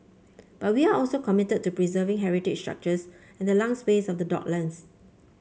but we are also committed to preserving heritage structures and the lung space of the docklands